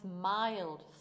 mild